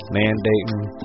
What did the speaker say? mandating